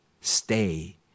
stay